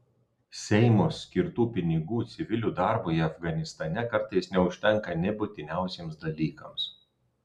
seimo skirtų pinigų civilių darbui afganistane kartais neužtenka nė būtiniausiems dalykams